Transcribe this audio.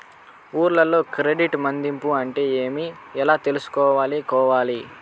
ఊర్లలో క్రెడిట్ మధింపు అంటే ఏమి? ఎలా చేసుకోవాలి కోవాలి?